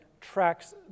tracks